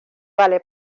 vale